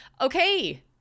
Okay